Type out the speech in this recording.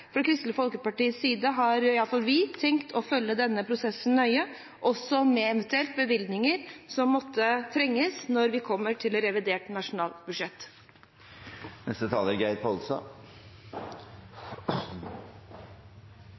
har vi tenkt å følge denne prosessen nøye, eventuelt også med bevilgninger som måtte trenges når vi kommer til revidert